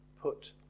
put